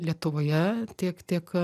lietuvoje tiek tiek